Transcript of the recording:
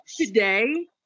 today